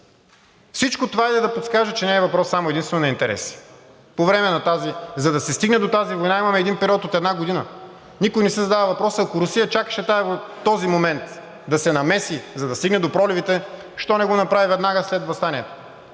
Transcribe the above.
Всичко това е да подскаже, че не е въпрос само и единствено на интереси. За да се стигне до тази война, имаме един период от една година, никой не си задава въпроса, ако Русия чакаше този момент да се намери, за да стигне до проливите, защо не го направи веднага след въстанието?